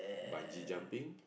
bungee jumping